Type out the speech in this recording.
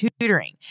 Tutoring